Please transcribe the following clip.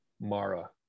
Mara